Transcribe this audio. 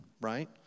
right